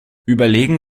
überlegen